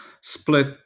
split